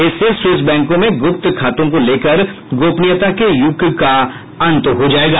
इससे स्विस बैंकों में गुप्त खातों को लेकर गोपनीयता के युग का अंत हो जायेगा